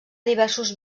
diversos